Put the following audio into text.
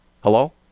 Hello